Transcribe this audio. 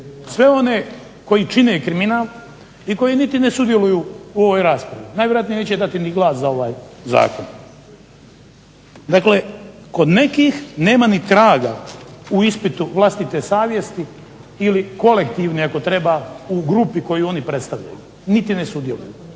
sve one koji čine kriminal i koji niti ne sudjeluju u ovoj raspravi. Najvjerojatnije neće dati ni glas za ovaj zakon. Dakle, kod nekih nema ni traga u ispitu vlastite savjesti ili kolektivne ako treba u grupi koju oni predstavljaju. Niti ne sudjeluju,